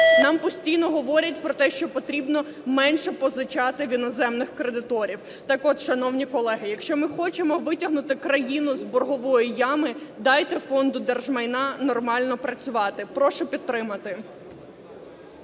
Нам постійно говорять про те, що потрібно менше позичати в іноземних кредиторів. Так от, шановні колеги, якщо ми хочемо витягнути країну з боргової ями, дайте Фонду держмайна нормально працювати. Прошу підтримати.